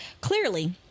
clearly